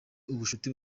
ubucuti